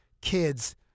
kids